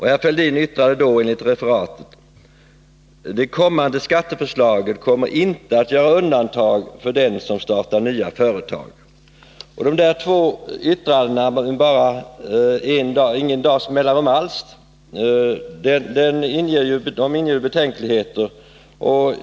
Han yttrade då enligt referat: ”Det kommande skatteförslaget kommer inte att göra undantag för dem som startar nya företag.” Dessa två yttranden, med ingen dags mellanrum, inger ju betänkligheter.